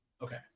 Okay